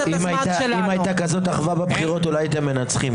אם הייתה כזאת אחווה בבחירות אולי הייתם מנצחים,